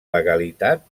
legalitat